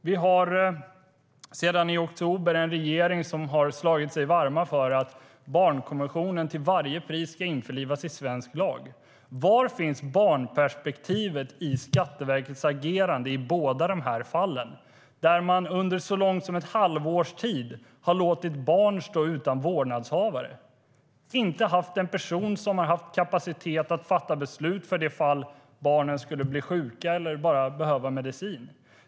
Vi har sedan i oktober en regering som har talat sig varm för att barnkonventionen till varje pris ska införlivas i svensk lag. Var finns barnperspektivet i Skatteverkets agerande i båda de här fallen? Så länge som under ett halvår har man låtit barn stå utan vårdnadshavare. Det har inte funnits en person som har haft kapacitet att fatta beslut för det fall barnen skulle bli sjuka eller bara behöva medicin.